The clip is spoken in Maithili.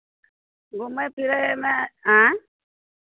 घुमय फिरयमे आँय